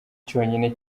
cyonyine